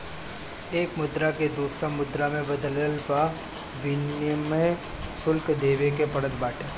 एक मुद्रा के दूसरा मुद्रा में बदलला पअ विनिमय शुल्क देवे के पड़त बाटे